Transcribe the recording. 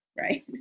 right